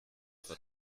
von